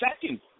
second